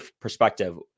perspective